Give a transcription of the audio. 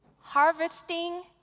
harvesting